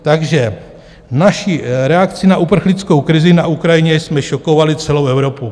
Takže v naší reakci na uprchlickou krizi na Ukrajině jsme šokovali celou Evropu.